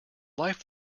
life